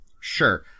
sure